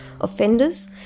Offenders